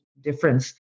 difference